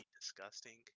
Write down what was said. Disgusting